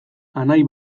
anai